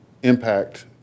impact